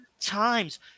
times